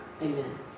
Amen